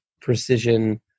precision